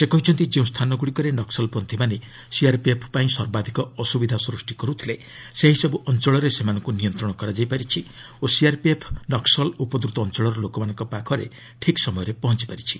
ସେ କହିଛନ୍ତି ଯେଉଁ ସ୍ଥାନଗୁଡ଼ିକରେ ନକ୍ୱଲପଚ୍ଛୀମାନେ ସିଆର୍ପିଏଫ୍ ପାଇଁ ସର୍ବାଧିକ ଅସୁବିଧା ସୃଷ୍ଟି କରୁଥିଲେ ସେହିସବୁ ଅଞ୍ଚଳରେ ସେମାନଙ୍କୁ ନିୟନ୍ତ୍ରଣ କରାଯାଇପାରିଛି ଓ ସିଆର୍ପିଏଫ୍ ନକ୍ୱଲ୍ ଉପଦ୍ରୁତ ଅଞ୍ଚଳର ଲୋକମାନଙ୍କ ପାଖରେ ଠିକ୍ ସମୟରେ ପହଞ୍ଚପାରିଛି